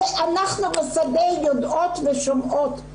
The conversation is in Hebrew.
אנחנו בשדה יודעות ושומעות.